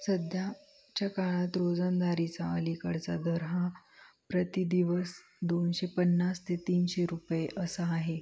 सध्या च्या काळात रोजंदारीचा अलीकडचा दर हा प्रतिदिवस दोनशे पन्नास ते तीनशे रुपये असा आहे